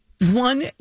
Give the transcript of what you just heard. one